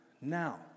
now